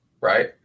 right